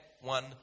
one